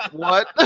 what?